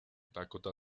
dakota